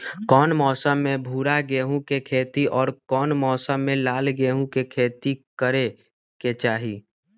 कौन मौसम में भूरा गेहूं के खेती और कौन मौसम मे लाल गेंहू के खेती करे के चाहि?